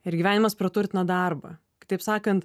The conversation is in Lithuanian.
ir gyvenimas praturtina darbą kitaip sakant